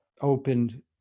opened